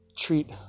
Treat